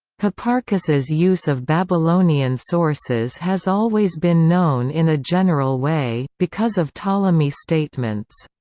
hipparchus's use of babylonian sources has always been known in a general way, because of ptolemy's statements.